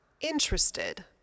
interested